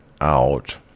out